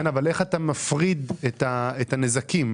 אבל איך אתה מפריד את הנזקים?